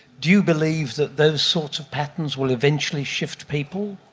do you believe that those sorts of patterns will eventually shift people?